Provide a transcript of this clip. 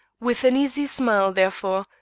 with an easy smile, therefore,